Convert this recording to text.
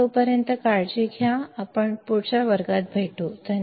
तोपर्यंत काळजी घ्या तर आपण पुढच्या वर्गात भेटू बाय